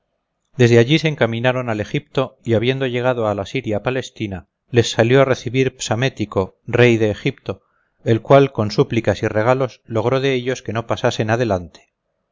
desde allí se encaminaron al egipto y habiendo llegado a la siria palestina les salió a recibir psamético rey de egipto el cual con súplicas y regalos logró de ellos que no pasasen adelante